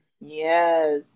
yes